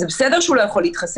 זה בסדר שהוא לא יכול להתחסן,